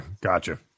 gotcha